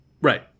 Right